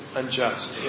unjust